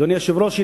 אדוני היושב-ראש,